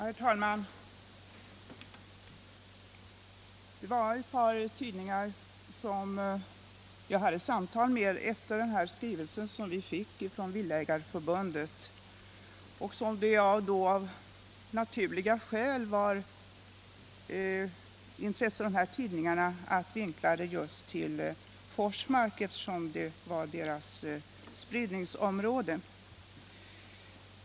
Herr talman! Det var ett par tidningar som jag hade samtal med efter det att vi fått skrivelsen från Villaägareförbundet. Av naturligt skäl hade dessa tidningar intresse av att vinkla det till att handla om Forsmark - Forsmark ingår i deras spridningsområde.